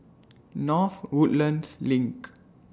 North Woodlands LINK